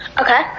Okay